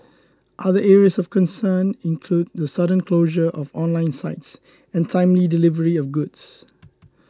other areas of concern include the sudden closure of online sites and timely delivery of goods